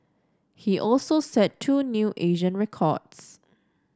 he also set two new Asian records